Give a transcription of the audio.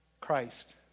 Christ